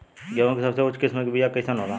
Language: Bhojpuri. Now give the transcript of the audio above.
गेहूँ के सबसे उच्च किस्म के बीया कैसन होला?